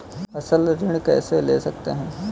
फसल ऋण कैसे ले सकते हैं?